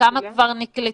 כמה כבר נקלטו.